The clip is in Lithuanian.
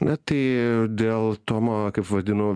na tai dėl tomo kaip vadino